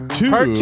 two